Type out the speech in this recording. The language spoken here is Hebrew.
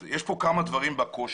יש כאן כמה דברים בקושי.